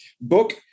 book